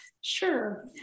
Sure